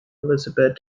elizabeth